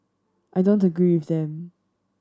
I don't agree with them